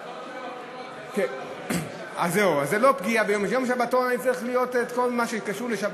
שבתון ביום הבחירות זה לא יום בחירות בשבת.